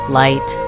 light